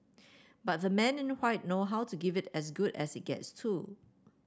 but the men in know how to give it as good as it gets too